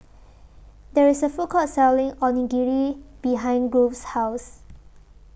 There IS A Food Court Selling Onigiri behind Grove's House